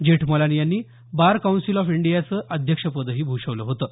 जेठमलानी यांनी bar council of इंडियाचे अध्यक्षपदही भूषवलं होतं